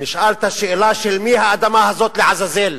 ונשאל את השאלה: של מי האדמה הזאת לעזאזל?